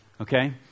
okay